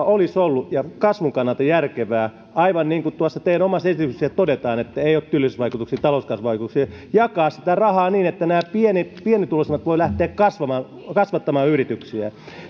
olisi ollut ja kasvun kannalta järkevää niin kuin tuossa teidän omassa esityksessänne todetaan ei ole työllisyysvaikutuksia talouskasvuvaikutuksia jakaa sitä rahaa niin että nämä pienituloisemmat voivat lähteä kasvattamaan yrityksiään